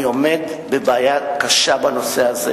אני עומד בבעיה קשה בנושא הזה.